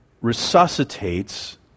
resuscitates